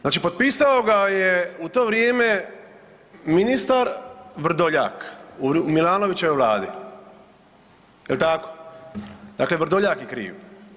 Znači potpisao ga je u to vrijeme ministar Vrdoljak u Milanovićevoj vladi jel tako, dakle Vrdoljak je kriv.